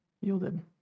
yielded